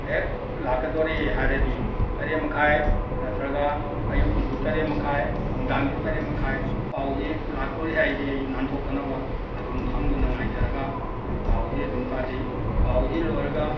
ꯍꯦꯛ ꯂꯥꯛꯀꯗꯣꯔꯦ ꯍꯥꯏꯔꯗꯤ ꯇꯔꯦꯠ ꯃꯈꯥꯏ ꯅꯠꯇ꯭ꯔꯒ ꯑꯌꯨꯛꯀꯤꯁꯨ ꯇꯔꯦꯠ ꯃꯈꯥꯏ ꯅꯨꯡꯗꯥꯡꯁꯨ ꯇꯔꯦꯠ ꯃꯈꯥꯏ ꯄꯥꯎꯁꯤ ꯂꯥꯛꯇꯣꯔꯦ ꯍꯥꯏꯔꯗꯤ ꯑꯩ ꯅꯥꯟꯊꯣꯛꯇꯅꯕ ꯑꯗꯨꯝ ꯐꯃꯗꯨꯅ ꯉꯥꯏꯖꯔꯒ ꯑꯩ ꯄꯥꯎꯁꯤ ꯑꯗꯨꯝ ꯇꯥꯖꯩ ꯄꯥꯎꯁꯤ ꯂꯣꯏꯔꯒ